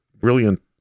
brilliant